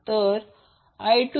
तर i13